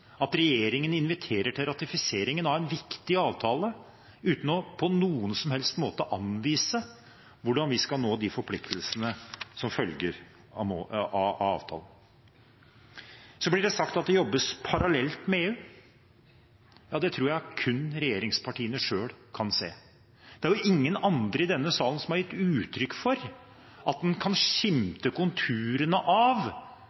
at regjeringen inviterer til ratifisering av en viktig avtale uten på noen som helst måte å anvise hvordan vi skal nå de forpliktelsene som følger av avtalen. Så blir det sagt at det jobbes parallelt med EU. Ja, det tror jeg det kun er regjeringspartiene selv som kan se. Det er ingen andre i denne salen som har gitt uttrykk for at en kan skimte konturene av